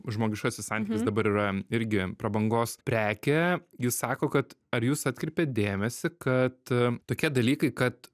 žmogiškasis santykis dabar yra irgi prabangos prekė ji sako kad ar jūs atkreipėt dėmesį kad tokie dalykai kad